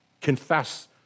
confess